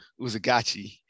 Uzagachi